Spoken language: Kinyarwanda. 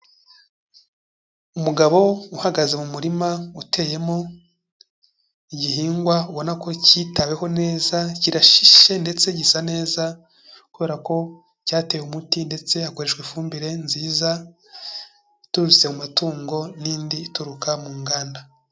Umugabo uhagaze mu murima uteyemo igihingwa ubona ko kitaweho neza, kirashishe ndetse gisa neza, kubera ko cyatewe umuti ndetse hakoreshwa ifumbire nziza iturutse mu matungo n'indi ituruka mu nganda.